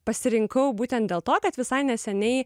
pasirinkau būtent dėl to kad visai neseniai